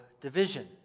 division